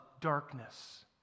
Darkness